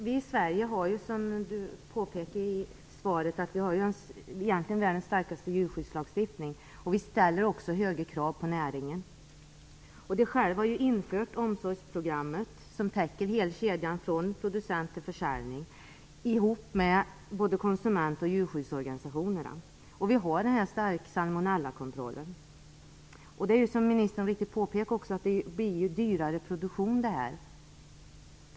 Fru talman! Vi har i Sverige, som påpekas i svaret, EU:s starkaste djurskyddslagstiftning, och vi ställer också höga krav på näringen. Jordbruksministern har själv tillsammans med konsument och djurskyddsorganisationerna infört omsorgsprogrammet, som täcker hela kedjan från producent till försäljning, och vi har vår starka salmonellakontroll. Som ministern mycket riktigt påpekar leder detta till en dyrare produktion.